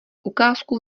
ukázku